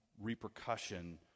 repercussion